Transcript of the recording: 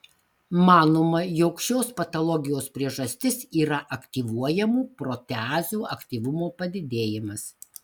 manoma jog šios patologijos priežastis yra aktyvuojamų proteazių aktyvumo padidėjimas